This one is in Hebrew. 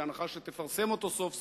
בהנחה שתפרסם אותו סוף סוף,